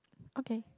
okay